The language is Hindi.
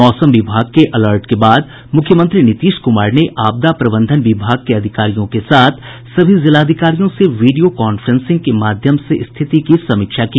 मौसम विभाग के अलर्ट के बाद मुख्यमंत्री नीतीश कुमार ने आपदा प्रबंधन विभाग के अधिकारियों के साथ सभी जिलाधिकारियों से वीडियो कांफ्रेंसिंग के माध्यम से स्थिति की समीक्षा की